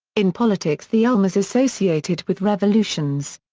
in politics the elm is associated with revolutions.